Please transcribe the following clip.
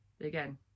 again